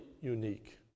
unique